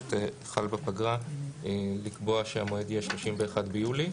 באוגוסט חל בפגרה, לקבוע שהמועד יהיה 31 ביולי.